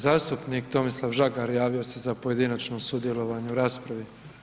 Zastupnik Tomislav Žagar javio se za pojedinačno sudjelovanje u raspravi.